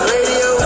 Radio